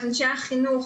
את אנשי החינוך,